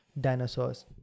dinosaurs